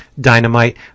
Dynamite